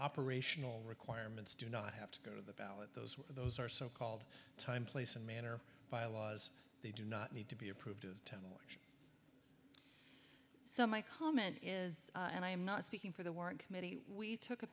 operational requirements do not have to go to the ballot those were those are so called time place and manner bylaws they do not need to be approved so my comment is and i am not speaking for the work committee we took a